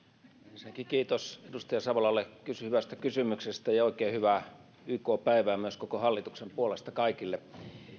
ensinnäkin kiitos edustaja savolalle hyvästä kysymyksestä ja oikein hyvää yk päivää myös koko hallituksen puolesta kaikille